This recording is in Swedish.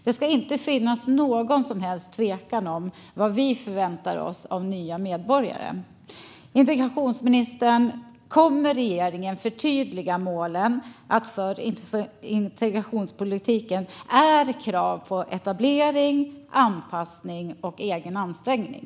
Det ska inte finnas någon som helst tvekan om vad vi förväntar oss av nya medborgare. Jag vill fråga integrationsministern: Kommer regeringen att förtydliga målen i integrationspolitiken med krav på etablering, anpassning och egen ansträngning?